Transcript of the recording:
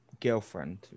girlfriend